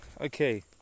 Okay